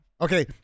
okay